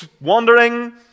wandering